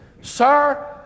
Sir